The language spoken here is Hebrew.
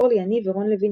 אורלי יניב ורון לוינטל.